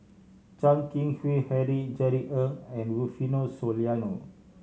Chan Keng Howe Harry Jerry Ng and Rufino Soliano